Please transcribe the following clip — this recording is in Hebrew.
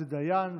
עוזי דיין,